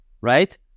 right